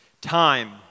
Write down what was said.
time